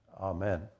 Amen